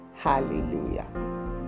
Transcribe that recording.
hallelujah